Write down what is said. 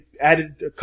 added